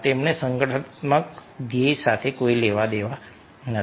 તેમને સંગઠનાત્મક ધ્યેય સાથે કોઈ લેવાદેવા નથી